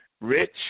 rich